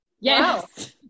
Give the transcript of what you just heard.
Yes